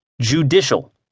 Judicial